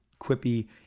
quippy